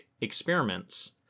experiments